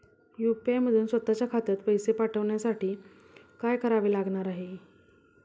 UPI मधून स्वत च्या खात्यात पैसे पाठवण्यासाठी काय करावे लागणार आहे?